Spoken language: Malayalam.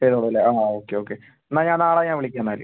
ചെയ്തോളും അല്ലേ ആ ഓക്കെ ഓക്കെ എന്നാൽ നാളെ ഞാൻ വിളിക്കാം എന്നാൽ